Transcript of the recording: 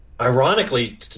Ironically